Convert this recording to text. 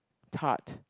tart